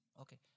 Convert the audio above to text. Okay